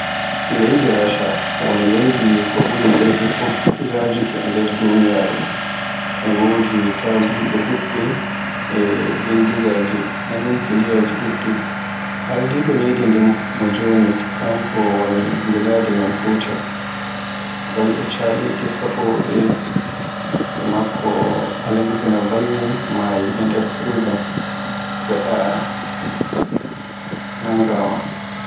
Leydi Rasha woni leydi ko ɓuri leydi fuf yajuki e nder duniyaaru. Be ngodi tadiɓe ɗuɓɓe e bindigaaji e nukiliyaaji ɗuɗɗe. Ardiɗo leydi ndin mo joni kanko woni Vladimir Putin. Balɗe chaliɗe kaɓowo e maakko Alexy Navalny nayi e nder prison gaɗa o nangaa ma.